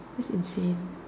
that's insane